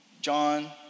John